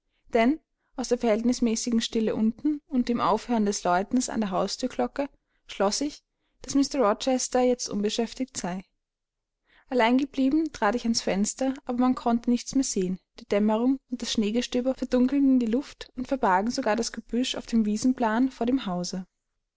denn aus der verhältnismäßigen stille unten und dem aufhören des läutens an der hausthürglocke schloß ich daß mr rochester jetzt unbeschäftigt sei allein geblieben trat ich ans fenster aber man konnte nichts mehr sehen die dämmerung und das schneegestöber verdunkelten die luft und verbargen sogar das gebüsch auf dem wiesenplan vor dem hause